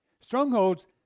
Strongholds